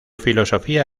filosofía